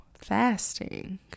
fasting